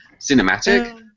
cinematic